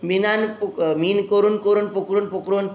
मिन करून करून पोखरून पोखरून